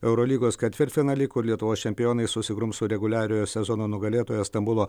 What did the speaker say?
eurolygos ketvirtfinalį kur lietuvos čempionai susigrums su reguliariojo sezono nugalėtoja stambulo